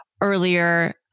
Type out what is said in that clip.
earlier